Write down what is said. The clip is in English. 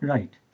Right